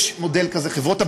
יש מודל כזה.